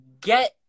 get